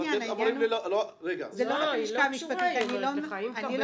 את רק מקבלת את הקורות חיים?